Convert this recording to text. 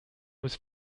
was